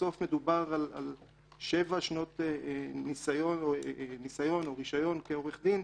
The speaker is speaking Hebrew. בסוף מדובר על שבע שנות ניסיון או רישיון כעורך דין.